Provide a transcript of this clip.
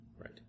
right